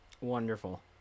Wonderful